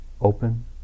open